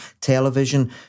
television